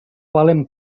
valen